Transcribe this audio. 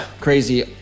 crazy